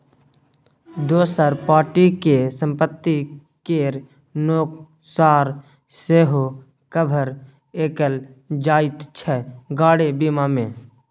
दोसर पार्टी केर संपत्ति केर नोकसान सेहो कभर कएल जाइत छै गाड़ी बीमा मे